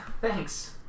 Thanks